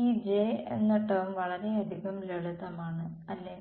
ഈ J എന്ന ടേo വളരെയധികം ലളിതമാണ് അല്ലേ